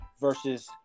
versus